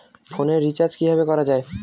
ফোনের রিচার্জ কিভাবে করা যায়?